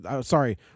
sorry